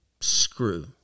screw